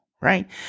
right